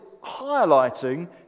highlighting